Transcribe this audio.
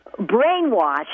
brainwashed